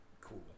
cool